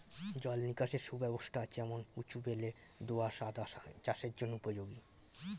জল নিকাশের সুব্যবস্থা আছে এমন উঁচু বেলে দোআঁশ আদা চাষের জন্য উপযোগী